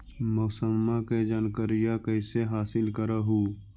मौसमा के जनकरिया कैसे हासिल कर हू?